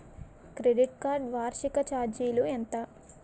Credit card వార్షిక ఛార్జీలు ఎంత?